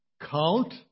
count